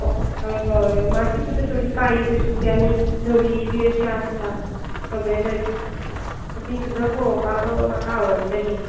अं हय हय माती सुद्दां थोडी काळी कशी आनी धवी बी अशी आसता सगळे दर्या ती सुद्दां पळोवपाक म्हाका आवडटली